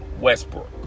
Westbrook